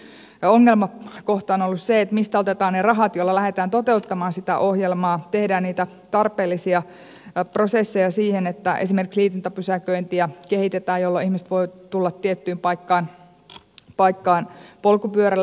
ongelmakohta on ollut se mistä otetaan ne rahat joilla lähdetään toteuttamaan ohjelmaa tehdään niitä tarpeellisia prosesseja esimerkiksi kehitetään liityntäpysäköintiä jolloin ihmiset voivat tulla tiettyyn paikkaan polkupyörällä